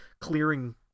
clearing